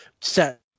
set